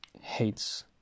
hates